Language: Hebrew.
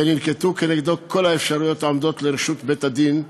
וננקטו נגדו כל האפשרויות העומדות לרשות בית-הדין,